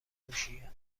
هوشیه